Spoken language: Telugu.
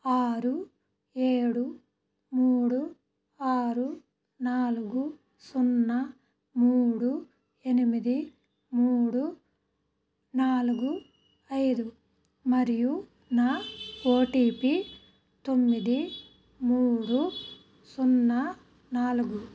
ఆరు ఏడు మూడు ఆరు నాలుగు సున్నా మూడు ఎనిమిది మూడు నాలుగు ఐదు మరియు నా ఓ టీ పీ తొమ్మిది మూడు సున్నా నాలుగు